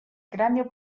cráneo